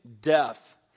death